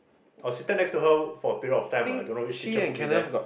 for a certain next to her for a period of time I don't know which teacher put me there